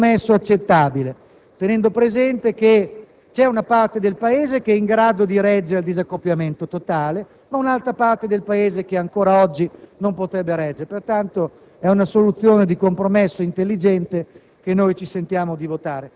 crediamo sia un compromesso accettabile, tenendo presente che c'è una parte del Paese che è in grado di reggere il disaccoppiamento totale ed un'altra che ancora oggi non potrebbe reggerlo. È una soluzione di compromesso intelligente